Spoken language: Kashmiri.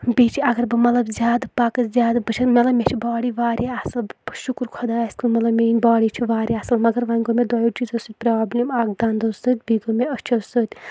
بیٚیہِ چھِ اَگر بہٕ مطلب زیادٕ پَکہٕ زیادٕ بہٕ چھس مَطلب مےٚ چھِ باڈی واریاہ اَصل شُکُر خۄدایَس کُن مطلب میٲنۍ باڈی چھِ واریاہ اَصل مَگر وۄنۍ گوٚو مےٚ دۄیو چیٖزو سۭتۍ پرابلِم اَکھ دَنٛدو سۭتۍ بیٚیہِ گوٚو مےٚ أچھو سۭتۍ